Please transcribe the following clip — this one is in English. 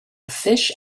fish